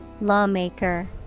Lawmaker